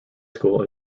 school